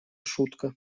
шутка